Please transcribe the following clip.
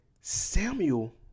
Samuel